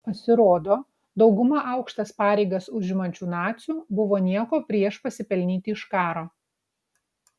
pasirodo dauguma aukštas pareigas užimančių nacių buvo nieko prieš pasipelnyti iš karo